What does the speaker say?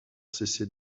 cessé